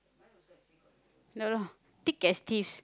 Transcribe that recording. dunno thick as thieves